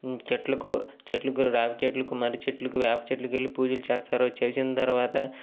చెట్లకు చెట్లకు రావిచెట్లకు మర్రిచెట్లకు వేపచెట్లకు వెళ్ళి పూజలు చేస్తారు చేసిన తరువాత